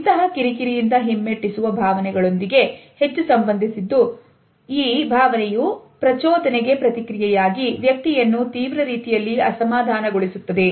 ಇಂತಹ ಕಿರಿಕಿರಿಯಿಂದ ಹಿಮ್ಮೆಟ್ಟಿಸುವ ಭಾವನೆಗಳೊಂದಿಗೆ ಹೆಚ್ಚು ಸಂಬಂಧಿಸಿದ್ದು ದಾದ ಈ ಭಾವನೆಯು ಪ್ರಚೋದನೆಗೆ ಪ್ರತಿಕ್ರಿಯೆ ಯಾಗಿದ್ದು ವ್ಯಕ್ತಿಯನ್ನು ತೀವ್ರ ರೀತಿಯಲ್ಲಿ ಅಸಮಾಧಾನಗೊಳಿಸುತ್ತದೆ